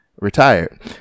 retired